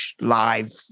live